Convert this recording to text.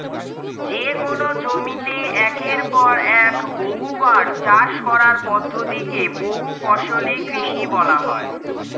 যেকোন জমিতে একের পর এক বহুবার চাষ করার পদ্ধতি কে বহুফসলি কৃষি বলা হয়